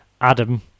Adam